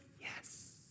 Yes